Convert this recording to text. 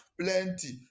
Plenty